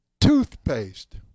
Toothpaste